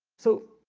so,